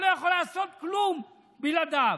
אתה לא יכול לעשות כלום בלעדיו.